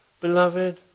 Beloved